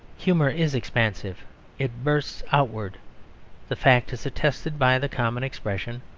humour is expansive it bursts outwards the fact is attested by the common expression,